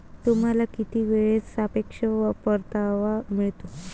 तुम्हाला किती वेळेत सापेक्ष परतावा मिळतो?